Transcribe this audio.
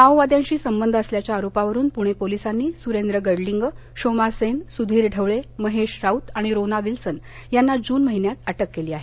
माओवाद्यांशी संबंध असल्याच्या आरोपावरून पुणे पोलिसांनी सुरेंद्र गडलिंग शोमा सेन सुधीर ढवळे महेश राउत आणि रोना विल्सन यांना जून महिन्यात अटक केली आहे